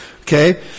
Okay